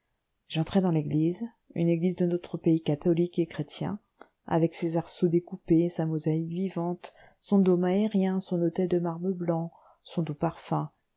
j'entrai dans l'église une église de notre pays catholique et chrétien avec ses arceaux découpés sa mosaïque vivante son dôme aérien son autel de marbre blanc son doux parfum